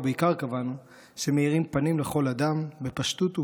ובעיקר קבענו שמאירים פנים לכל אדם בפשטות ובישירות.